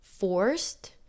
forced